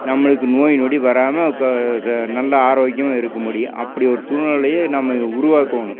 நம்மளுக்கு நோய் நொடி வராமல் நல்லா ஆரோக்கியமாக இருக்க முடியும் அப்படி ஒரு சூழ்நிலைய நம்ம உருவாக்கணும்